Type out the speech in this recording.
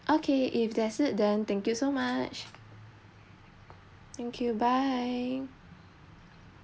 okay if that's it then thank you so much thank you bye